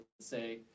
say